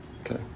Okay